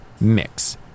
mix